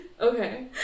Okay